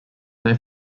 they